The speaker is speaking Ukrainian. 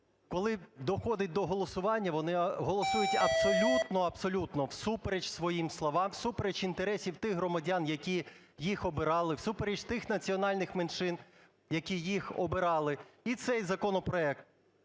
коли доходить до голосування вони голосують абсолютно, абсолютно всупереч своїм словам, всупереч інтересам тих громадян, які їх обирали, всупереч тих національних меншин, які їх обирали. І цей законопроект,